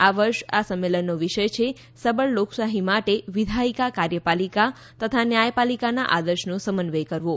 આ વર્ષે આ સંમેલનનો વિષય છે સબળ લોકશાહી માટે વિધાથિકા કાર્યપાલિકા તથા ન્યાયપાલિકાના આદર્શનો સમન્વય કરવો